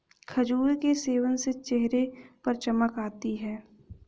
खजूर के सेवन से चेहरे पर चमक आती है